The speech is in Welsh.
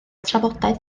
trafodaeth